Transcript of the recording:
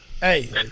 Hey